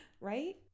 Right